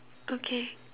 okay